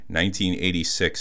1986